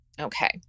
Okay